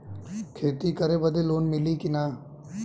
खेती करे बदे लोन मिली कि ना?